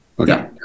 okay